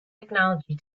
technology